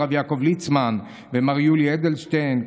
הרב יעקב ליצמן ומר יולי אדלשטיין,